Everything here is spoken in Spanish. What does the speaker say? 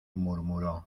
murmuró